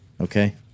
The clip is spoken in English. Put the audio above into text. Okay